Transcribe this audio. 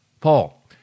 Paul